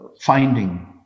finding